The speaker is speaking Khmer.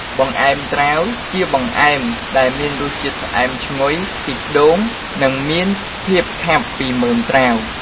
បង្អែមត្រាវ ជាបង្អែមដែលមានរសជាតិផ្អែមឈ្ងុយខ្ទិះដូង និងមានភាពខាប់ពីមើមត្រាវ។